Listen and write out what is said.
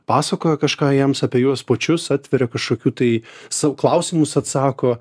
pasakoja kažką jiems apie juos pačius atveria kažkokių tai sau klausimus atsako